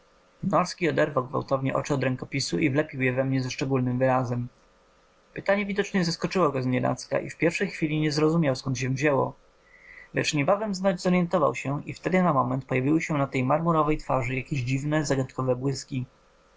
gwałtownie oczy od rękopisu i wlepił je we mnie ze szczególnym wyrazem pytanie widocznie zaskoczyło go znienacka i w pierwszej chwili nie zrozumiał skąd się wzięło lecz niebawem znać zoryentował się i wtedy na moment pojawiły się na tej marmurowej twarzy jakieś dziwne zagadkowe błyski